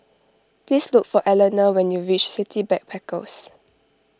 please look for Allena when you reach City Backpackers